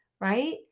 right